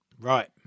Right